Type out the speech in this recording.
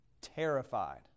terrified